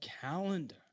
calendar